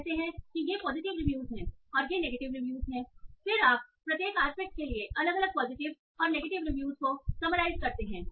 आप कहते हैं कि ये पॉजिटिव रिव्यूज हैं और ये नेगेटिव रिव्यूज हैं और फिर आप प्रत्येक आस्पेक्ट के लिए अलग अलग पॉजिटिव और नेगेटिव रिव्यूज को समराइज करते हैं